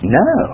no